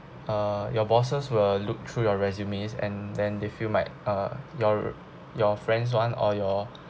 uh your bosses will look through your resume and then they feel might uh your your friends [one] or your